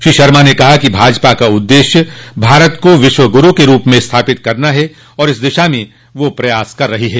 श्री शर्मा ने कहा कि भाजपा का उद्देश्य भारत को विश्व गुरू के रूप में स्थापित करना है और इस दिशा में वह प्रयासरत है